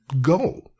go